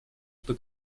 что